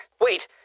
Wait